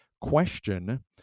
question